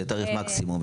של תעריף מקסימום,